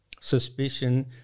suspicion